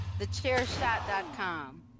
TheChairShot.com